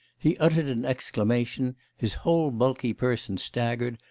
he uttered an exclamation, his whole bulky person staggered,